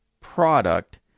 product